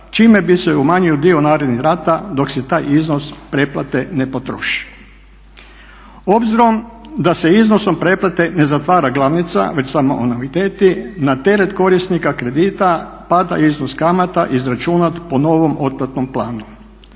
čime bi se umanjio dio narednih rata dok se taj iznos preplate ne potroši. Obzirom da se iznosom preplate ne zatvara glavnica već samo anuiteti, na teret korisnika kredita pada iznos kamata izračunat po novom otplatnom planu.